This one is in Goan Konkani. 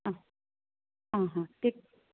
आ आ हा ताका